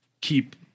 keep